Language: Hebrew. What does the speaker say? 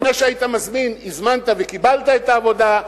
לפני שהזמנת וקיבלת את העבודה,